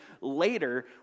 later